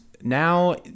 Now